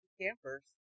Campers